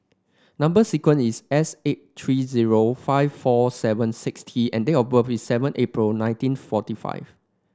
number sequence is S eight three zero five four seven six T and date of birth is seven April nineteen forty five